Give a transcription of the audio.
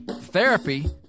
Therapy